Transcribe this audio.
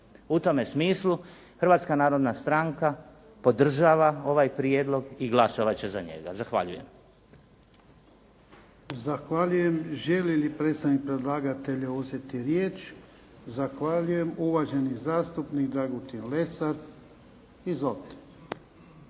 U tome smislu Hrvatska narodna stranka podržava ovaj prijedlog i glasovat će za njega. Zahvaljujem.